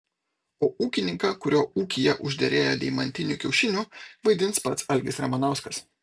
o ūkininką kurio ūkyje užderėjo deimantinių kiaušinių vaidins pats algis ramanauskas